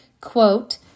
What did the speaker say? quote